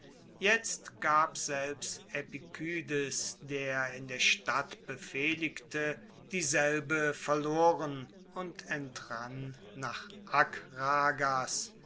jetzt gab selbst epikydes der in der stadt befehligte dieselbe verloren und entrann nach akragas